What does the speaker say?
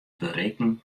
berikken